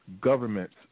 governments